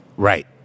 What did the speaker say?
Right